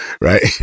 right